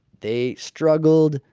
they struggled.